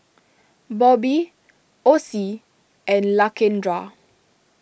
Bobbie Ossie and Lakendra